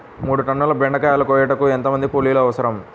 మూడు టన్నుల బెండకాయలు కోయుటకు ఎంత మంది కూలీలు అవసరం?